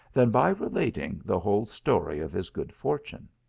than by relating the whole story of his good fortune.